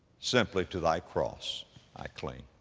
simply to thy cross i cling.